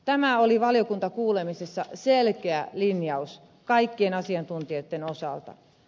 tämä oli valiokuntakuulemisessa selkeä linjaus kaikkien asiantuntijoitten osalta